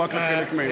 או רק לחלק מהם?